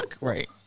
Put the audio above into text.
right